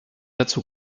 dazu